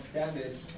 damage